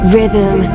Rhythm